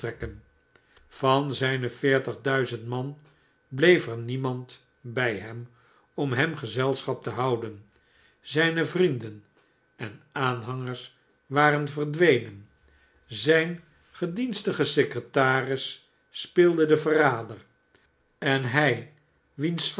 van zijne veertig duizend man bleef er niemand bij hem om hem gezelschap te houden zijne vrienden en aanhangers waren verdwenen zijn gedienstige secretaris speelde den verrader en nij wiens